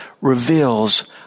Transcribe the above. reveals